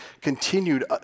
continued